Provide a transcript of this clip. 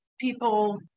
people